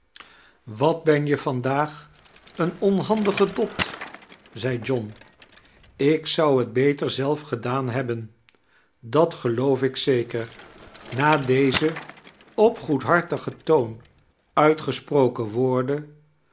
wat ben je vandaag een onhandige dot zed john ik zou het beter zelf gedaan hebbeii dat geloof ik zeker na deze op goedhartigeii toon uitgesproken woorden